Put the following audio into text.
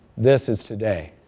this is today